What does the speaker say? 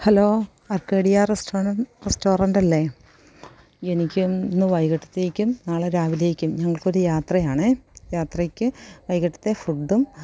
hello അക്കഡിയ restaurant റസ്റ്റോറൻറ്റല്ലെ എനിക്കും ഇന്ന് വൈകിട്ടത്തേക്കും നാളെ രാവിലേയ്ക്കും ഞങ്ങൾക്കൊരു യാത്രയാണേ യാത്രയ്ക്ക് വൈകിട്ടത്തെ ഫുഡും